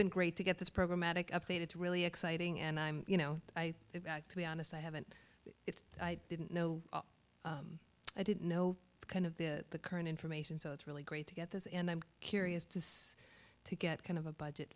been great to get this program matic updated to really exciting and i'm you know i to be honest i haven't if i didn't know i didn't know kind of the current information so it's really great to get this and i'm curious to see how to get kind of a budget